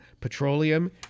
petroleum